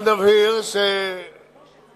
אבל נבהיר שבינתיים,